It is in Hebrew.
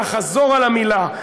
ואחזור על המילה,